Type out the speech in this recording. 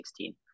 2016